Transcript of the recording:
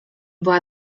była